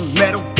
metal